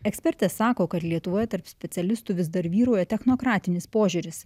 ekspertė sako kad lietuvoje tarp specialistų vis dar vyrauja technokratinis požiūris